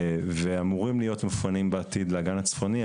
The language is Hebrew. ואמורים להיות מפונים בעתיד לאגן הצפוני,